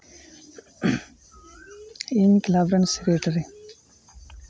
ᱤᱧ ᱠᱞᱟᱵᱽ ᱨᱮᱱ ᱥᱮᱠᱨᱮᱴᱟᱨᱤ